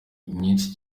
nyinshi